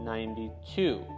Ninety-two